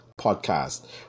podcast